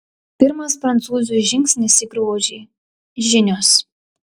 pirmas prancūzių žingsnis į grožį žinios